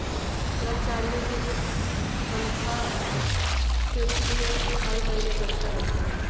कर्मचारियों के तनख्वाह से पी.एफ हर महीने कटता रहता है